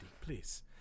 Please